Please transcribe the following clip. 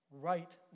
right